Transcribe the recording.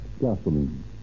gasoline